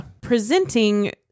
presenting